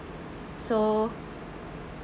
so